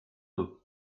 nous